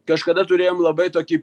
kažkada turėjom labai tokį